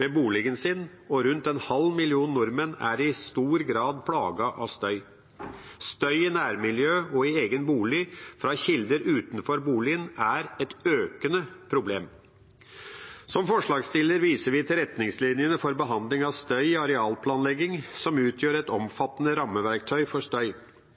ved boligen sin, og rundt en halv million nordmenn er i stor grad plaget av støy. Støy i nærmiljø og i egen bolig fra kilder utenfor boligen er et økende problem. Som forslagsstillere viser vi til retningslinjer for behandling av støy i arealplanlegging, som utgjør et omfattende rammeverktøy for støy. Men likevel svekkes støyvernet, ved at terskelnivåene for støy